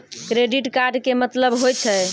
Credit card के मतलब होय छै?